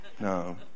no